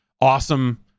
awesome